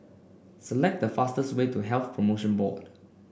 select the fastest way to Health Promotion Board